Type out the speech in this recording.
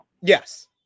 Yes